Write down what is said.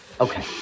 Okay